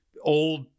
old